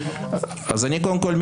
קודם כול,